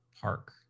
park